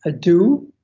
ah do,